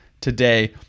today